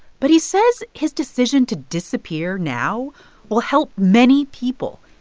but he says his decision to disappear now will help many people,